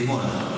סימון,